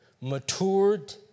matured